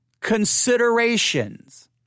considerations